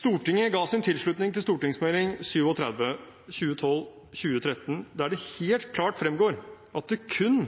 Stortinget ga sin tilslutning til Meld. St. 37 for 2012–2013, der det helt klart fremgår at det kun